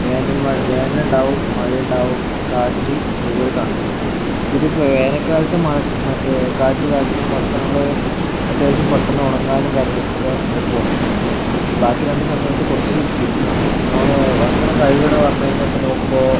വേനൽ മഴ വേനൽ ഉണ്ടാകും മഴ ഉണ്ടാകും കാറ്റ് അതുപോലെ തണുപ്പ് ഇതിൽ ഇപ്പോൾ വേനൽക്കാലത്തും മഴ മറ്റേ കാറ്റ് കാലത്തും വസ്ത്രങ്ങൾ അത്യാവശ്യം പെട്ടെന്ന് ഉണങ്ങാനും കാര്യങ്ങൾക്കൊക്കെ എളുപ്പമാണ് പക്ഷെ ബാക്കി രണ്ട് സമയത്ത് കുറച്ച് ബുദ്ധിമുട്ടാണ് അപ്പോൾ നമ്മൾ വസ്ത്രം കഴുകണം എന്ന് പറഞ്ഞു കഴിഞ്ഞാൽ ഇപ്പോൾ നോക്കുമ്പോൾ